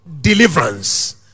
Deliverance